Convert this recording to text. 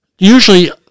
Usually